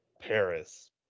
Paris